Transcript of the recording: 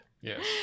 yes